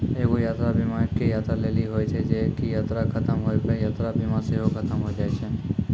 एगो यात्रा बीमा एक्के यात्रा लेली होय छै जे की यात्रा खतम होय पे यात्रा बीमा सेहो खतम होय जाय छै